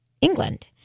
England